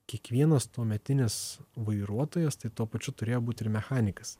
kiekvienas tuometinis vairuotojas tai tuo pačiu turėjo būt ir mechanikas